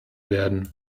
werden